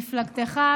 מפלגתך,